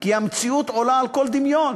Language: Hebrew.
כי המציאות עולה על כל דמיון.